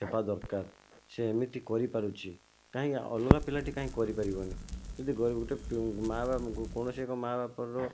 ହେବା ଦରକାର ସେ ଏମିତି କରିପାରୁଛି କାହିଁକି ଅଲଗା ପିଲାଟି କାହିଁକି କରିପାରିବନି ଯଦି ଗ ଗୋଟିଏ ମା' ବା କୌଣସି ଏକ ମା' ବାପାର